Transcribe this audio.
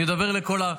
אני מדבר לכל העם.